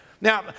Now